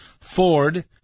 Ford